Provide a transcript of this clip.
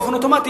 באופן אוטומטי,